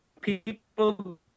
people